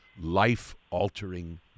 life-altering